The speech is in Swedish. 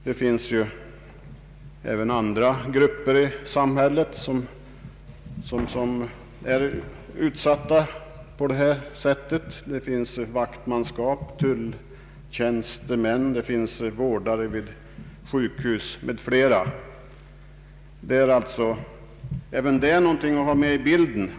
Det finns även andra grupper i samhället som är särskilt utsatta i detta sammanhang: vaktmanskap, tulltjänstemän, vårdare vid sjukhus m.fl. även det förhållandet bör tas med i bilden.